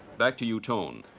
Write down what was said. back to you tone.